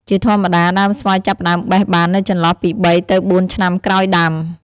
ជាធម្មតា ដើមស្វាយចាប់ផ្ដើមបេះបាននៅចន្លោះពី ៣ ទៅ ៤ ឆ្នាំក្រោយដាំ។